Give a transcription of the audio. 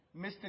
Mr